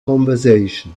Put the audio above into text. conversation